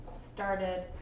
started